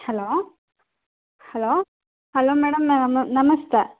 hello hello hello madam ನಮಸ್ತೆ